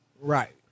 Right